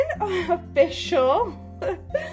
official